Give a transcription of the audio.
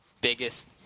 biggest